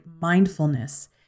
mindfulness